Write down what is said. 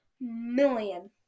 million